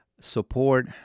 support